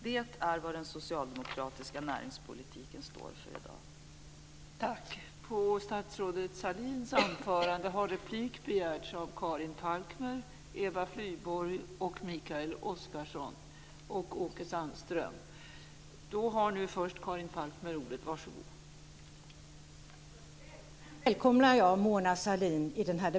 Det är vad den socialdemokratiska näringspolitiken står för i dag.